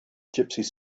gypsies